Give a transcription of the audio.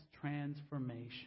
Transformation